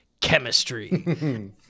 Chemistry